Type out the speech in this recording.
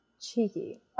Cheeky